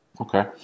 Okay